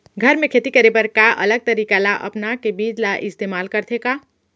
घर मे खेती करे बर का अलग तरीका ला अपना के बीज ला इस्तेमाल करथें का?